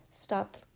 stopped